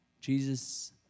Jesus